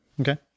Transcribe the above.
Okay